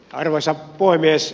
arvoisa puhemies